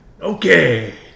Okay